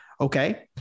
okay